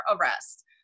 arrest